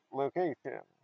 location